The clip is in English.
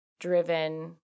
driven